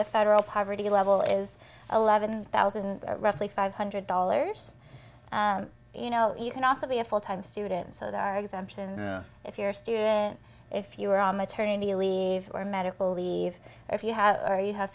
the federal poverty level is eleven thousand roughly five hundred dollars you know you can also be a full time student so there are exemptions if you're a student if you are on maternity leave or medical leave or if you have